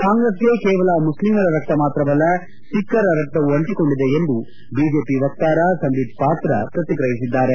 ಕಾಂಗ್ರೆಸ್ಗೆ ಕೇವಲ ಮುಸ್ಲಿಂರ ರಕ್ತ ಮಾತ್ರವಲ್ಲ ಸಿಖ್ಖರ ರಕ್ತವೂ ಅಂಟಿಕೊಂಡಿದೆ ಎಂದು ಬಿಜೆಪಿ ವಕ್ತಾರ ಸಂಬೀತ್ಪಾತ್ರ ಪ್ರತಿಕ್ರಿಯಿಸಿದ್ದಾರೆ